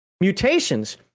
Mutations